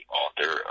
author